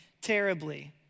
terribly